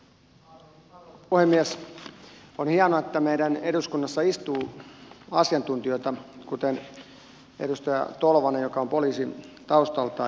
on hienoa että meidän eduskunnassamme istuu asiantuntijoita kuten edustaja tolvanen joka on poliisi taustaltaan